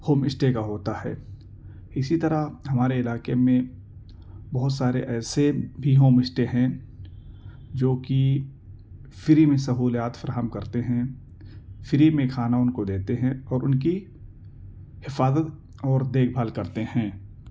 home stay کا ہوتا ہے اسی طرح ہمارے علاقے میں بہت سارے ایسے بھی ہوم اسٹے ہیں جو کہ فری میں سہولیات فراہم کرتے ہیں فری میں کھانا ان کو دیتے ہیں اور ان کی حفاظت اور دیکھ بھال کرتے ہیں